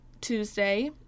Tuesday